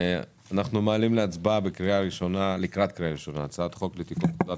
אנחנו מעלים להצבעה לקראת קריאה ראשונה את הצעת חוק לתיקון פקודת